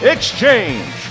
Exchange